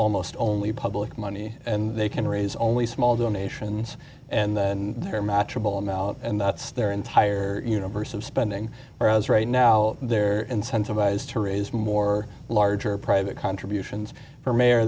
almost only public money and they can raise only small donations and then they're matra bolam out and that's their entire universe of spending whereas right now they're incentivized to raise more larger private contributions for mayor